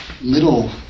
little